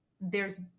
theres